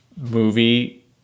movie